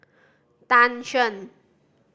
Tan Shen